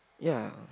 ya